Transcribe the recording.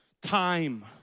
Time